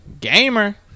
Gamer